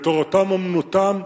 "תורתם אומנותם",